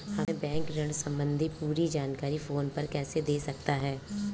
हमें बैंक ऋण संबंधी पूरी जानकारी फोन पर कैसे दे सकता है?